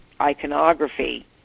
iconography